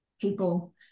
people